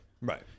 Right